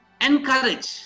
Encourage